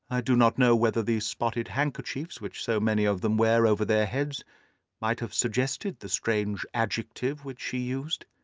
ah do not know whether the spotted handkerchiefs which so many of them wear over their heads might have suggested the strange adjective which she used.